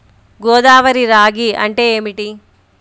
గోదావరి రాగి అంటే ఏమిటి?